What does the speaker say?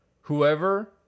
Whoever